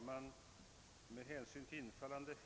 Herr talman!